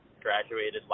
Graduated